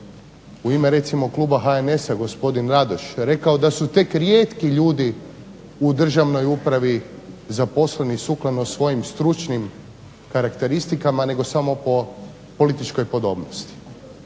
recimo u ime Kluba HNS-a Radoš rekao da su tek rijetki ljudi u državnoj upravi zaposleni sukladno svojim stručnim karakteristikama nego samo po političkoj podobnosti.